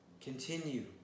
Continue